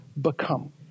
become